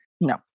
no